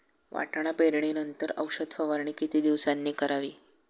वाटाणा पेरणी नंतर औषध फवारणी किती दिवसांनी करावी?